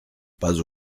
pas